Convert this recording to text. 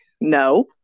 no